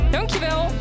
Dankjewel